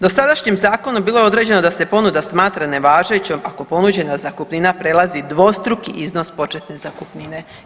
Dosadašnjim zakonom bilo je određeno da se ponuda smatra nevažećom, ako ponuđena zakupnina prelazi dvostruki iznos početne zakupnine.